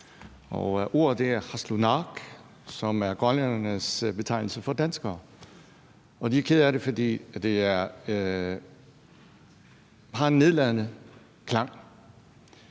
ordet qallunaaq, som er grønlændernes betegnelse for danskere. Og de er kede af det, fordi det har en nedladende klang.